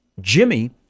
Jimmy